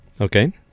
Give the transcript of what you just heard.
Okay